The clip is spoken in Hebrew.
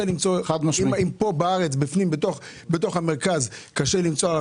אם פה בארץ במרכז קשה למצוא עבודה,